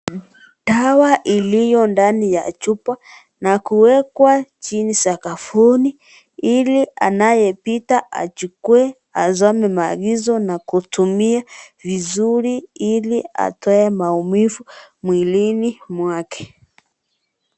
Dawa iliyo ndani ya chupa na kuwekwa chini sakafuni Ili anayepita achukue, asome maagizo na kutumia vizuri Ili atoe maumivu mwilini mwake.